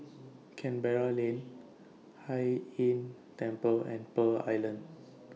Canberra Lane Hai Inn Temple and Pearl Island